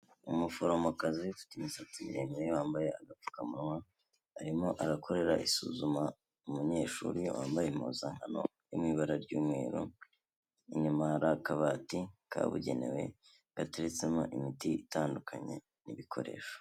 Umuforomokazi ufite imisatsi miremire wambaye agapfukamunwa, arimo arakorera isuzuma umunyeshuri wambaye impuzankano yo mu ibara ry'umweru, inyuma hari akabati kabugenewe gateretsemo imiti itandukanye n'ibikoresho.